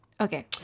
Okay